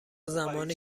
زمانی